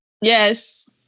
yes